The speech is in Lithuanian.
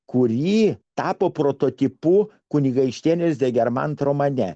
kurį tapo prototipu kunigaikštienėsde germant romane